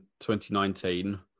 2019